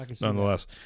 nonetheless